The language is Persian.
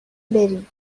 بریم